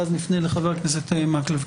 ואז נפנה לחבר הכנסת מקלב.